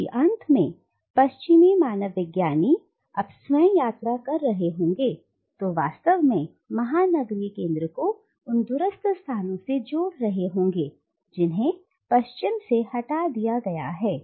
क्योंकि अंत में पश्चिमी मानवविज्ञानी जब स्वयं यात्रा कर रहे होंगे तो वास्तव में महानगरीय केंद्र को उन दूरस्थ स्थानों से जोड़ रहे होंगे जिन्हें पश्चिम से हटा दिया गया है